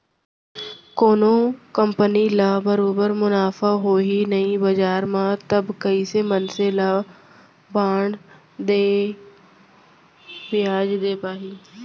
कोनो कंपनी ल बरोबर मुनाफा होही नइ बजार म तब कइसे मनसे मन ल बांड के बियाज दे पाही